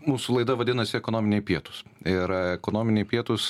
mūsų laida vadinasi ekonominiai pietūs ir ekonominiai pietūs